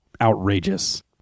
outrageous